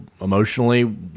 emotionally